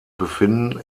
befinden